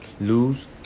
lose